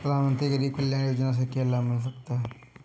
प्रधानमंत्री गरीब कल्याण योजना से क्या लाभ मिल सकता है?